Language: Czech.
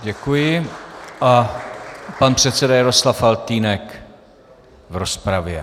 Děkuji a pan předseda Jaroslav Faltýnek v rozpravě.